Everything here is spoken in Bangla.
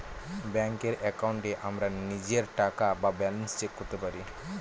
ব্যাঙ্কের একাউন্টে আমরা নিজের টাকা বা ব্যালান্স চেক করতে পারি